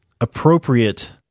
appropriate